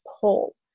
pull